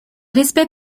respect